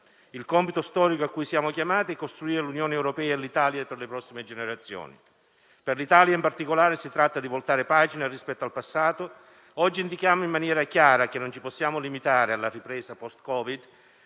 Il compito storico a cui siamo chiamati è costruire l'Unione europea e l'Italia per le prossime generazioni. Per l'Italia in particolare si tratta di voltare pagina rispetto al passato. Oggi indichiamo in maniera chiara che non ci possiamo limitare alla ripresa post-Covid,